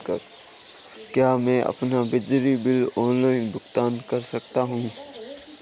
क्या मैं अपना बिजली बिल ऑनलाइन भुगतान कर सकता हूँ?